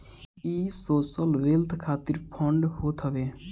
इ social wealth खातिर fund होत हवे